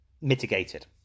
mitigated